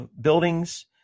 buildings